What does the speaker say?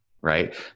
right